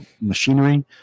machinery